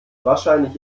wahrscheinlich